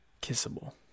kissable